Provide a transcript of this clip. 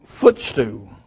footstool